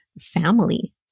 family